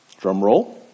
drumroll